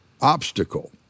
obstacle